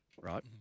right